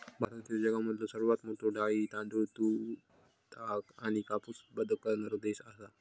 भारत ह्यो जगामधलो सर्वात मोठा डाळी, तांदूळ, दूध, ताग आणि कापूस उत्पादक करणारो देश आसा